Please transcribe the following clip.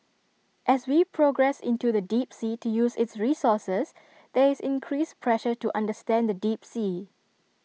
as we progress into the deep sea to use its resources there is increased pressure to understand the deep sea